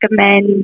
recommend